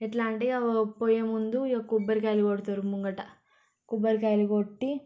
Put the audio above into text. ఎట్లా అంటే ఇక పోయే ముం